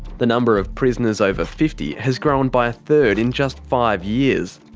the number of prisoners over fifty has grown by a third in just five years.